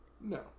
No